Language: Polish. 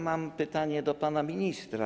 Mam pytanie do pana ministra.